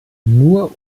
nur